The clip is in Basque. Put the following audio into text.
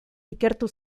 ikertu